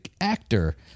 actor